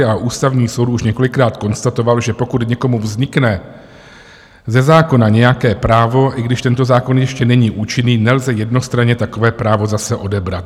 A Ústavní soud už několikrát konstatoval, že pokud někomu vznikne ze zákona nějaké právo, i když tento zákon ještě není účinný, nelze jednostranně takové právo zase odebrat.